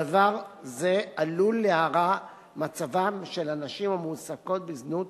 דבר זה עלול להרע מצבן של הנשים המועסקות בזנות